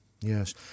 Yes